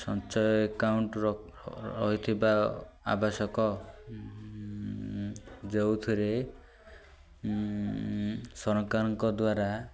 ସଞ୍ଚୟ ଆକାଉଣ୍ଟ୍ ରହିଥିବା ଆବଶ୍ୟକ ଯେଉଁଥିରେ ସରକାରଙ୍କ ଦ୍ୱାରା